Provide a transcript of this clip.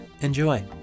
enjoy